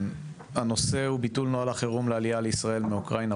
הנושא הוא ביטול החירום לעלייה לישראל מאוקראינה,